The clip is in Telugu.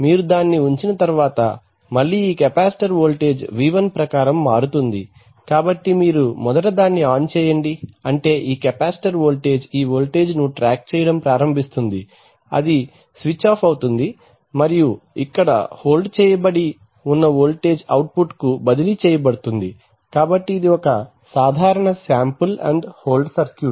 మీరు దానిని ఉంచిన తర్వాత మళ్ళీ ఈ కెపాసిటర్ వోల్టేజ్ V1 ప్రకారం మారుతుంది కాబట్టి మీరు మొదట దాన్ని ఆన్ చేయండి అంటే ఈ కెపాసిటర్ వోల్టేజ్ ఈ వోల్టేజ్ ను ట్రాక్ చేయడం ప్రారంభిస్తుంది అది స్విచ్ ఆఫ్ అవుతుంది మరియు ఇక్కడ హోల్డ్ చేయబడి ఉన్న వోల్టేజ్ అవుట్పుట్కు బదిలీ చేయబడుతుంది కాబట్టి ఇది ఒక సాధారణ శాంపుల్ అండ్ హోల్డ్ సర్క్యూట్